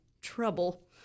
trouble